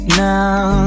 now